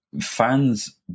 fans